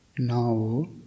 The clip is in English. Now